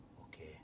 okay